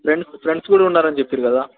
friends friends కూడా ఉన్నారని చెప్పారు కదా